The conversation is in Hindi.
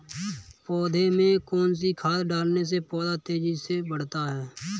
पौधे में कौन सी खाद डालने से पौधा तेजी से बढ़ता है?